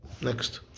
Next